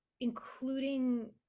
including